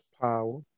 Power